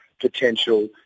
potential